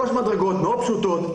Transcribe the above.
שלוש מדרגות מאוד פשוטות.